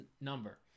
number